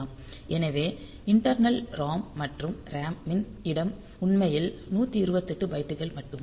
எனவே internal ROM மற்றும் RAM ன் இடம் உண்மையில் 128 பைட்டுகள் மட்டுமே